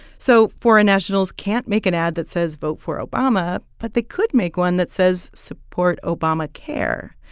so foreign nationals can't make an ad that says vote for obama. but they could make one that says support obamacare.